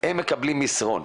הם מקבלים מסרון,